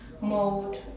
mode